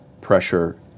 pressure